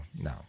no